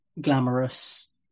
glamorous